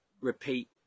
Repeat